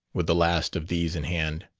with the last of these in hand.